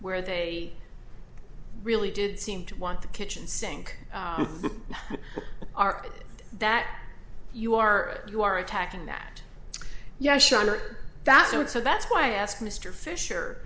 where they really did seem to want the kitchen sink are that you are you are attacking that yes that's good so that's why i asked mr fischer